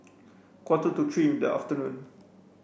quarter to three in the afternoon